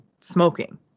smoking